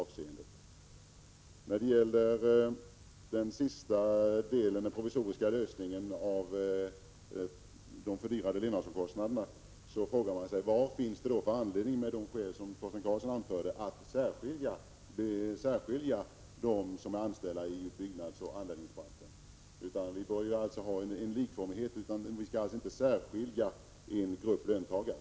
Vad sedan gäller den provisoriska lösningen avseende fördyrade levnadskostnader vill jag ställa en fråga: Vad finns det för anledning — med de skäl som Torsten Karlsson anförde — att särbehandla dem som är anställda i byggnadsoch anläggningsbranschen? Vi bör ha likformighet och skall inte skilja ut en grupp löntagare!